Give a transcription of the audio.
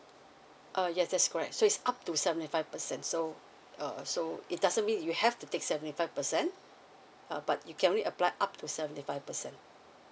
uh yes that's correct so it's up to seventy five percent so uh so it doesn't mean you have to take seventy five percent uh but you can only apply up to seventy five percent